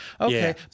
Okay